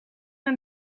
aan